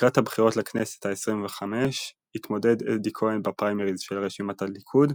לקראת הבחירות לכנסת ה-25 התמודד אדי כהן בפריימריז של רשימת הליכוד,